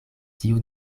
tiu